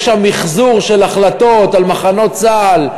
יש שם מיחזור של החלטות על מחנות צה"ל,